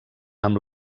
amb